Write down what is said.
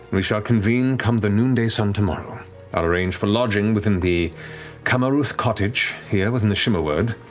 we shall convene come the noonday sun tomorrow. i'll arrange for lodging within the camarouth cottage here within the shimmer ward.